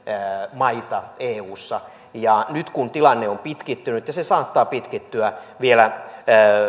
maita eussa ja nyt kun tilanne on pitkittynyt ja se saattaa pitkittyä